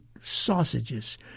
sausages